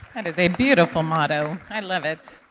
kind of a beautiful motto. i love it.